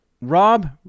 Rob